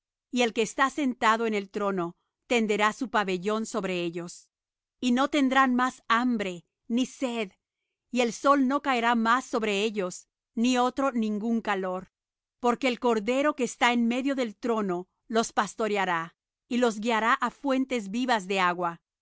y el que está sentado en el trono tenderá su pabellón sobre ellos no tendrán más hambre ni sed y el sol no caerá más sobre ellos ni otro ningún calor porque el cordero que está en medio del trono los pastoreará y los guiará á fuentes vivas de aguas